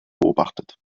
beobachtet